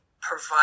provide